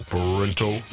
Parental